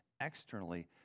externally